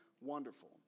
wonderful